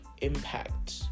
impact